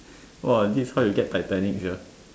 !wah! this is how you get Titanic sia